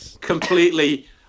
completely